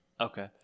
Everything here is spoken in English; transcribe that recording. Okay